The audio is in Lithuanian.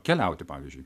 keliauti pavyzdžiui